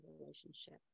relationship